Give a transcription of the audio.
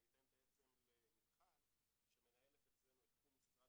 אני אתן בעצם למיכל שמנהלת אצלנו את תחום משרד